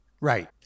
Right